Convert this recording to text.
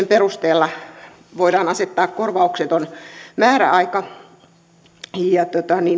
perusteella voidaan asettaa korvaukseton määräaika